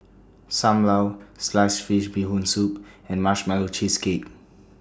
SAM Lau Sliced Fish Bee Hoon Soup and Marshmallow Cheesecake